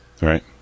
Right